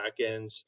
backends